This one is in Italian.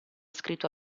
scritto